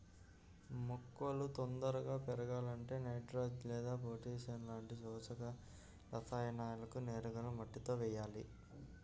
మొక్కలు తొందరగా పెరగాలంటే నైట్రోజెన్ లేదా పొటాషియం లాంటి పోషక రసాయనాలను నేరుగా మట్టిలో వెయ్యాలి